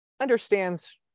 understands